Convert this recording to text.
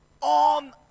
on